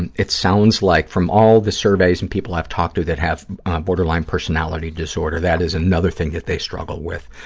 and it sounds like, from all the surveys and people i've talked to that have borderline personality disorder, that is another thing that they struggle with.